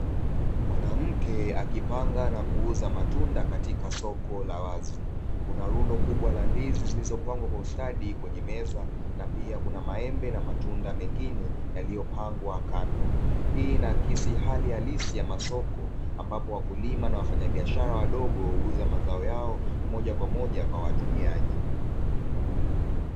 Mwanamke akipanga na kuuza matunda katika soko la wazi. Kuna lundo kubwa la ndizi zilizopangwa kwa ustadi kwenye meza na pia kuna maembe na matunda mengine yaliyopangwa kando. Hii inaakisi hali halisi ya masoko ambapo wakulima na wafanyabiashara wadogo huuza mazao yao moja kwa moja kwa watumiaji.